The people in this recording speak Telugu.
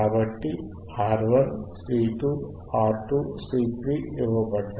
కాబట్టి R1 C2 R2 C3 ఇవ్వబడ్డాయి